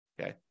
Okay